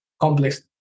complex